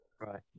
right